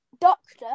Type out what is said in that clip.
doctor